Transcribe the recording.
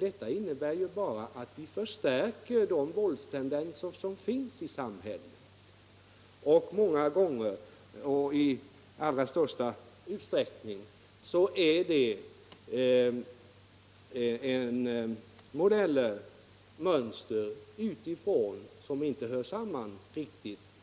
Detta innebär ju att vi förstärker de våldstendenser som finns i samhället, vilkas mönster i allra största utsträckning kommer utifrån och inte hör samman